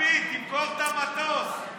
לפיד, תמכור את המטוס, יא מושחת.